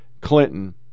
Clinton